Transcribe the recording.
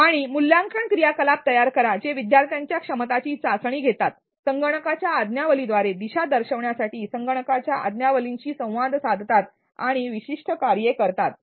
आणि मूल्यांकन क्रियाकलाप तयार करा जे विद्यार्थ्यांच्या क्षमताची चाचणी घेतात संगणकाच्या आज्ञावलीद्वारे दिशा दर्शवण्यासाठी संगणकाच्या आज्ञावलीशी संवाद साधतात आणि विशिष्ट कार्ये करतात